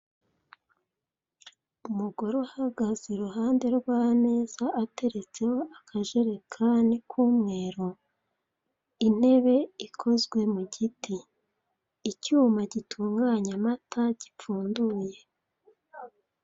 Umugore uhagaze iruhande rw'ameza ateretseho akajerekani k'umweru, intebe ikozwe mu giti, icyuma gitunganya amata gifunguye.